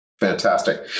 Fantastic